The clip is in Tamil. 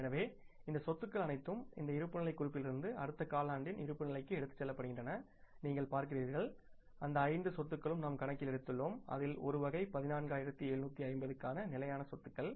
எனவே இந்த சொத்துக்கள் அனைத்தும் இந்த இருப்புநிலைக் குறிப்பிலிருந்து அடுத்த காலாண்டின் இருப்புநிலைக்கு எடுத்துச் செல்லப்படுகின்றன நீங்கள் பார்க்கிறீர்கள் அந்த ஐந்து சொத்துக்களுக்கும் நாம் கணக்கில் எடுத்துளோம் அதில் ஒரு வகை 14750 க்கான நிலையான சொத்துக்கள்